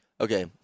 okay